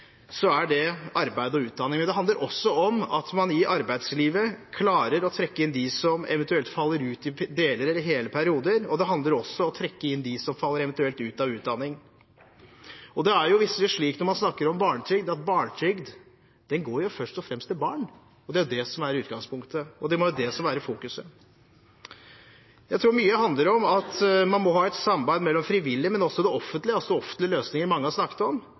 at man i arbeidslivet klarer å trekke inn dem som eventuelt faller ut i deler eller hele perioder, og det handler om å trekke inn dem som eventuelt faller ut av utdanning. Og det er jo vitterlig slik når man snakker om barnetrygd, at barnetrygd går først og fremst til barn. Det er det som er utgangspunktet, og det er det som må være i fokus. Jeg tror mye handler om at man må ha et samarbeid med frivillige og også med det offentlige – altså offentlige løsninger – som mange har snakket om. Men det handler også ganske enkelt om du og jeg. Flere har snakket om dette med holdninger, og det handler om